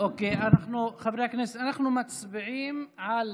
חברי הכנסת, אנחנו מצביעים על